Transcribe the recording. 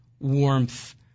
warmth